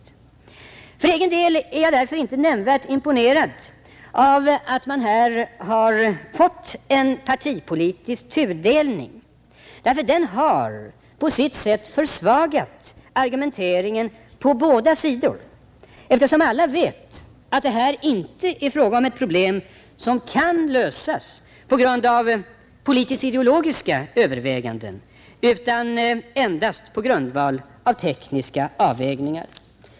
För egen del är jag därför inte nämnvärt imponerad av att man här har fått en partipolitisk tudelning därför att den har på sitt sätt försvagat argumenteringen på båda sidor, eftersom alla vet att det här inte är fråga om ett problem som man kan lösa på grund av politisk-ideologiska överväganden utan endast på grundval av tekniska avvägningar.